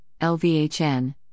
LVHN